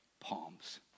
palms